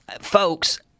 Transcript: folks